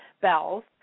bells